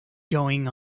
going